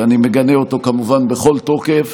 אני מגנה אותו כמובן בכל תוקף,